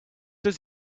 does